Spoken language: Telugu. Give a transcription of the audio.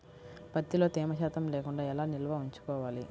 ప్రత్తిలో తేమ శాతం లేకుండా ఎలా నిల్వ ఉంచుకోవాలి?